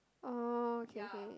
okay okay